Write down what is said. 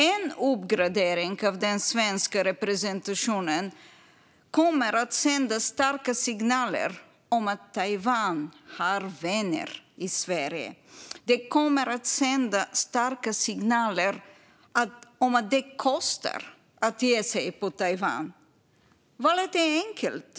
En uppgradering av den svenska representationen kommer att sända starka signaler om att Taiwan har vänner i Sverige. Det kommer att sända starka signaler om att det kostar att ge sig på Taiwan. Valet är enkelt.